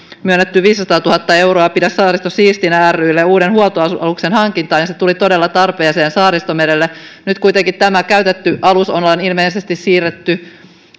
myönnetty viisisataatuhatta euroa pidä saaristo siistinä rylle uuden huoltoaluksen hankintaan se tuli todella tarpeeseen saaristomerelle nyt kuitenkin tämä käytetty alus on ilmeisesti siirretty